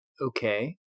okay